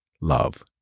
love